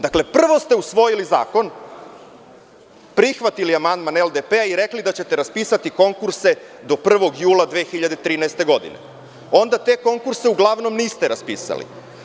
Dakle, prvo ste usvojili zakon, prihvatili amandman LDP i rekli da ćete raspisati konkurse do 1. jula 2013. godine, a onda te konkurse uglavnom niste raspisali.